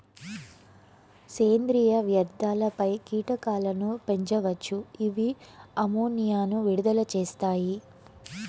సేంద్రీయ వ్యర్థాలపై కీటకాలను పెంచవచ్చు, ఇవి అమ్మోనియాను విడుదల చేస్తాయి